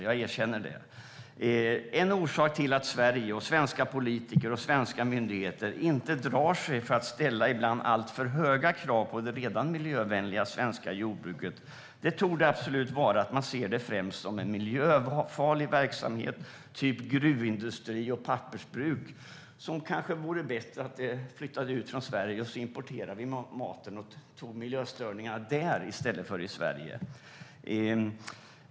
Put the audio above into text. En orsak till att jag har skrivit den är att Sverige, svenska politiker och svenska myndigheter inte drar sig för att ställa ibland alltför höga krav på det redan miljövänliga svenska jordbruket. En anledning torde absolut vara att man ser det främst som en miljöfarlig verksamhet, motsvarande gruvindustri och pappersbruk. Det kanske vore bättre om det flyttade ut från Sverige så att vi kan importera maten och så att miljöstörningarna tas där i stället.